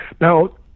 Now